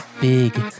Big